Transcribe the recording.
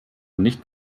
nicht